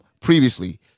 previously